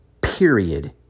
period